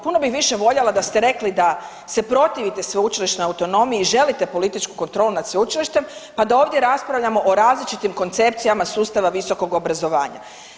Puno bih više voljela da ste rekli da se protivite sveučilišnoj autonomiji i želite političku kontrolu nad sveučilištem pa da ovdje raspravljamo o različitim koncepcijama sustava visokog obrazovanja.